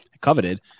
coveted